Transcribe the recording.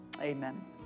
Amen